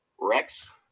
Rex